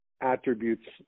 attributes